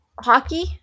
hockey